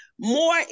more